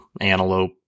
antelope